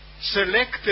selected